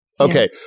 Okay